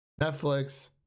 Netflix